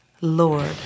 Lord